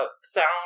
sound